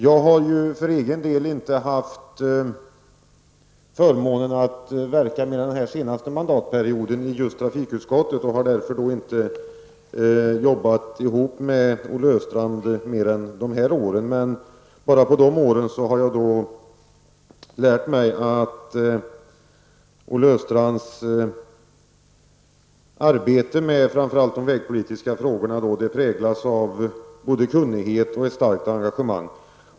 Jag har för egen del inte haft förmånen att verka mer än den senaste mandatperioden i just trafikutskottet och har därför inte jobbat ihop med Olle Östrand mer än under dessa år. Men jag har under dem lärt mig att Olle Östrands arbete med framför allt de vägpolitiska frågorna präglas av både kunnighet och ett starkt engagemang.